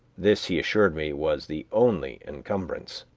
this he assured me was the only encumbrance.